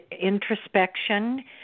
introspection